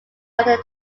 another